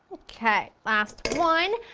okay, last one!